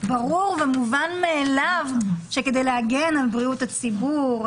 ברור ומובן מאליו שכדי להגן על בריאות הציבור,